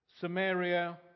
Samaria